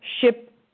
ship